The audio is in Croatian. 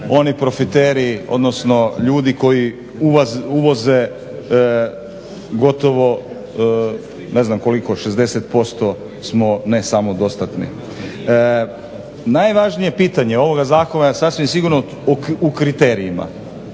oni profiteri odnosno ljudi koji uvoze gotovo ne znam koliko 60% smo ne samodostatni. Najvažnije pitanje ovoga Zakona je sasvim sigurno o kriterijima